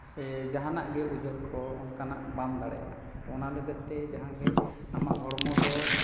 ᱥᱮ ᱡᱟᱦᱟᱱᱟᱜ ᱜᱮ ᱩᱭᱦᱟᱹᱨᱠᱚ ᱚᱱᱠᱟᱱᱟᱜ ᱵᱟᱢ ᱫᱟᱲᱮᱭᱟᱜᱼᱟ ᱛᱳ ᱚᱱᱟ ᱞᱟᱹᱜᱤᱫᱛᱮ ᱡᱟᱦᱟᱸᱜᱮ ᱟᱢᱟᱜ ᱦᱚᱲᱢᱚᱫᱚ